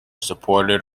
supported